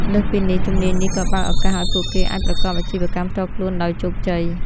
លើសពីនេះ ជំនាញនេះក៏បើកឱកាសឱ្យពួកគេអាចប្រកបអាជីវកម្មផ្ទាល់ខ្លួនដោយជោគជ័យ។